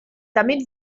damit